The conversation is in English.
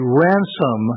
ransom